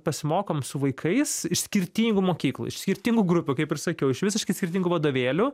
pasimokom su vaikais iš skirtingų mokyklų iš skirtingų grupių kaip ir sakiau iš visiškai skirtingų vadovėlių